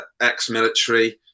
ex-military